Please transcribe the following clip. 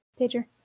Pager